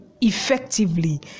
effectively